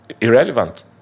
irrelevant